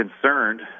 concerned